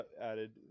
added